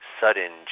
sudden